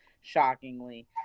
shockingly